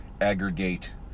aggregate